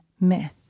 myth